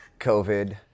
COVID